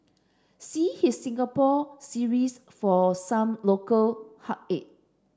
see his Singapore series for some local heartache